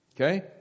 Okay